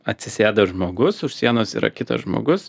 atsisėda žmogus už sienos yra kitas žmogus